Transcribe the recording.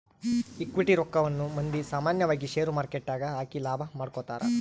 equity ರಕ್ಕವನ್ನ ಮಂದಿ ಸಾಮಾನ್ಯವಾಗಿ ಷೇರುಮಾರುಕಟ್ಟೆಗ ಹಾಕಿ ಲಾಭ ಮಾಡಿಕೊಂತರ